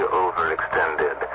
overextended